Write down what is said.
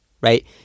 Right